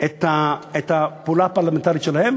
את הפעולה הפרלמנטרית שלהם,